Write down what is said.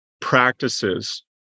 practices